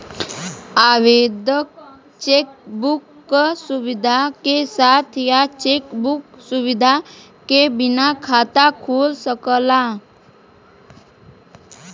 आवेदक cheque book क सुविधा के साथ या चेक बुक सुविधा के बिना खाता खोल सकला